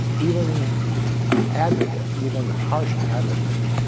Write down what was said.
even advocates, even harsh advocates,